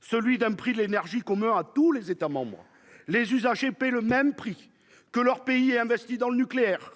celui d'un prix de l'énergie qu'on meurt à tous les États membres les usagers paient le même prix que leur pays investi dans le nucléaire